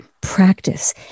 practice